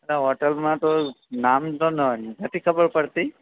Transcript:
ના હોટલમાં તો નામ તો નઅ નથી ખબર પડતી